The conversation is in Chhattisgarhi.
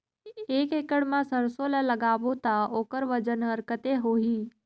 एक एकड़ मा सरसो ला लगाबो ता ओकर वजन हर कते होही?